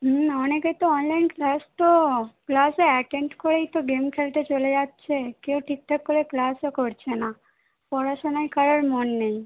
হুম অনেকে তো online class তো ক্লাসে অ্যাটেন্ড করেই তো গেম খেলতে চলে যাচ্ছে কেউ ঠিকঠাক করে ক্লাসও করছে না পড়াশোনায় কারোর মন নেই